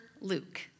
Luke